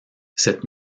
cette